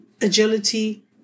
agility